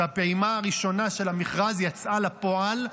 והפעימה הראשונה של המכרז יצאה לפועל,